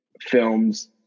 films